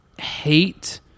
hate